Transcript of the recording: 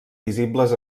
visibles